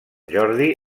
jordi